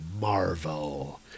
Marvel